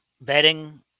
bedding